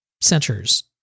centers